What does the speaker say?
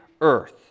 earth